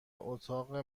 اتاق